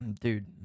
Dude